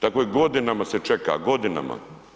Tako je godinama se čeka, godinama.